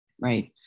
Right